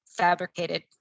fabricated